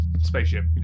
spaceship